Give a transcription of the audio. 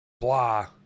blah